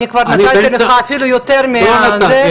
אני כבר נתתי לך אפילו יותר מהזה --- לא נתת לי,